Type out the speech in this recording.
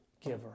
giver